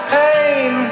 pain